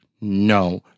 No